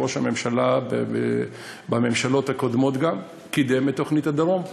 ראש הממשלה בממשלות הקודמות קידם גם את תוכנית הדרום,